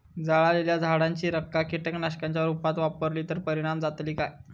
जळालेल्या झाडाची रखा कीटकनाशकांच्या रुपात वापरली तर परिणाम जातली काय?